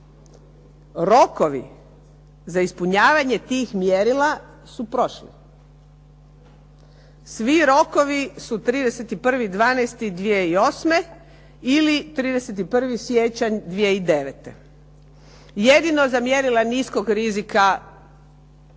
rokovi za ispunjavanje tih mjerila su prošli. Svi rokovi su 31. 12. 2008. ili 31. siječanj 2009. Jedino za mjerila niskog rizika rokovi